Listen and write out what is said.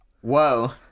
Whoa